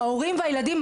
ההורים והילדים,